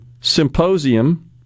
symposium